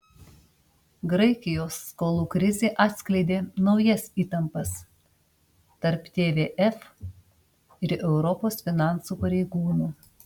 graikijos skolų krizė atskleidė naujas įtampas tarp tvf ir europos finansų pareigūnų